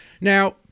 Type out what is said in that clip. Now